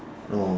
oh